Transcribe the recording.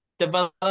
develop